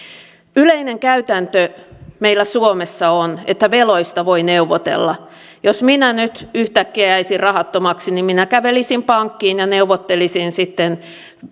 yleinen käytäntö meillä suomessa on että veloista voi neuvotella jos minä nyt yhtäkkiä jäisin rahattomaksi niin minä kävelisin pankkiin ja neuvottelisin sitten